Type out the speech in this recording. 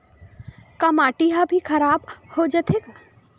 का माटी ह भी खराब हो जाथे का?